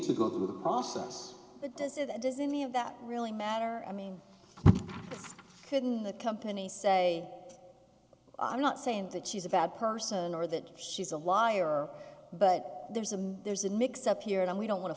to go through the process but does it does any of that really matter i mean couldn't the company say i'm not saying that she's a bad person or that she's a liar but there's a there's a mix up here and we don't want to